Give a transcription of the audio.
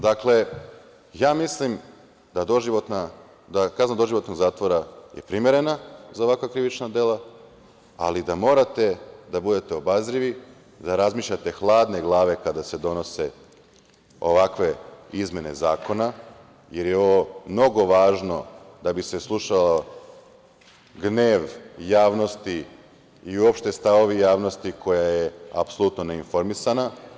Dakle, ja mislim da kazna doživotnog zatvora je primerena za ovakva krivična dela, ali da morate da budete obazrivi, da razmišljate hladne glave kada se donose ovakve izmene zakona, jer je ovo mnogo važno da bi se slušao gnev javnosti i uopšte stavovi javnosti koja je apsolutno ne informisana.